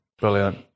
Brilliant